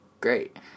Great